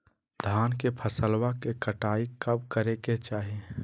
धान के फसलवा के कटाईया कब करे के चाही?